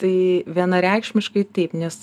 tai vienareikšmiškai taip nes